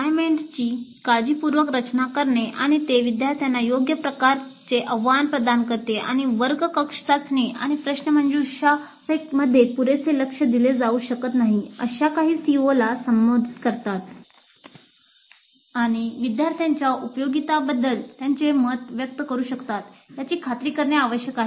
असाइनमेंटची काळजीपूर्वक रचना करणे आणि ते विद्यार्थ्यांना योग्य प्रकारचे आव्हान प्रदान करतात आणि वर्ग कक्ष चाचणी किंवा प्रश्नमंजुषामध्ये पुरेसे लक्ष दिले जाऊ शकत नाहीत अशा काही COला संबोधित करतात आणि विद्यार्थ्यांच्या उपयोगितांबद्दल त्यांचे मत व्यक्त करू शकतात याची खात्री करणे आवश्यक आहे